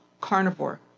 carnivore